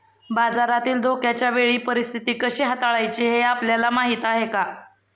बाजारातील धोक्याच्या वेळी परीस्थिती कशी हाताळायची हे आपल्याला माहीत आहे का?